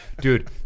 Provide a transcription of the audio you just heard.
dude